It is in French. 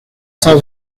cent